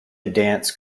dance